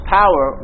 power